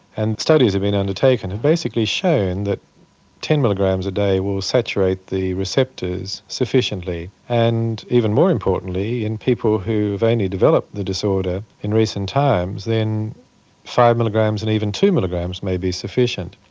and studies have been undertaken and basically shown that ten milligrams a day will saturate the receptors sufficiently, and even more importantly in people who have only developed the disorder in recent times, then five milligrams and even two milligrams may be sufficient.